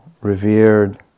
revered